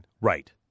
Right